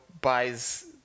buys